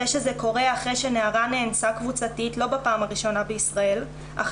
זה שזה קורה אחרי שנערה נאנסה קבוצתית לא בפעם הראשונה בישראל אך